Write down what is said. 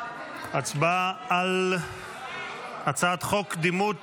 הצבעה על הצעת חוק קדימות